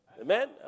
Amen